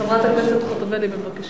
חברת הכנסת חוטובלי, בבקשה.